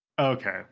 Okay